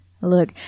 Look